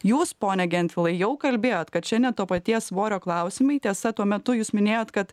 jūs pone gentvilai jau kalbėjot kad čia ne to paties svorio klausimai tiesa tuo metu jūs minėjot kad